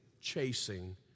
chasing